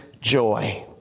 joy